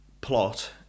plot